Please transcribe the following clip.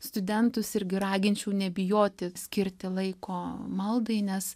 studentus irgi raginčiau nebijoti skirti laiko maldai nes